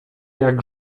jak